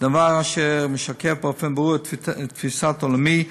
דבר אשר משקף באופן ברור את תפיסת עולמי,